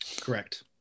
Correct